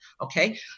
okay